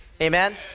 Amen